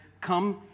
come